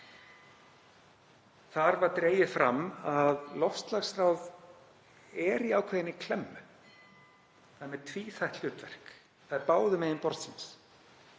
Þar var dregið fram að loftslagsráð er í ákveðinni klemmu, það er með tvíþætt hlutverk. Það er báðum megin borðsins.